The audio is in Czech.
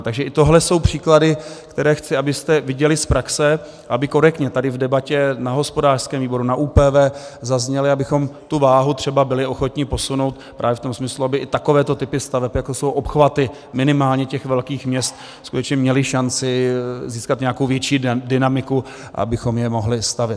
Takže i tohle jsou příklady, které chci, abyste viděli z praxe, aby korektně tady v debatě na hospodářském výboru, na ÚPV, zazněly, abychom tu váhu třeba byli ochotni posunout právě v tom smyslu, aby i takovéto typy staveb, jako jsou obchvaty minimálně těch velkých měst, skutečně měly šanci získat nějakou větší dynamiku, abychom je mohli stavět.